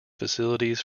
facilities